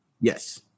Yes